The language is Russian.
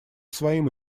своим